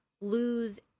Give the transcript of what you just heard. lose